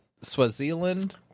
Swaziland